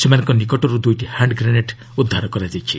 ସେମାନଙ୍କ ନିକଟରୁ ଦୁଇଟି ହାଣ୍ଡ୍ ଗ୍ରେନେଡ୍ ଉଦ୍ଧାର କରାଯାଇଛି